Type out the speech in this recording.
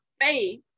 faith